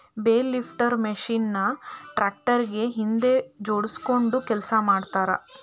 bale lifter machine ನ tractor ಗೆ ಹಿಂದ್ ಜೋಡ್ಸ್ಕೊಂಡು ಕೆಲಸ ಮಾಡ್ತಾರ